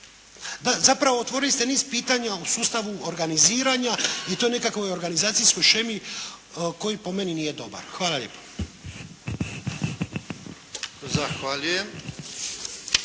zapravo otvorili ste niz pitanja u sustavu organiziranja i to u nekakvoj organizacijskoj shemi koji po meni nije dobar. Hvala lijepo. **Jarnjak,